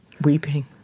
Weeping